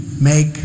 make